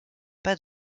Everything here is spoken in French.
pas